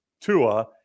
Tua